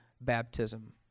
baptism